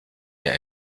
der